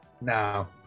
no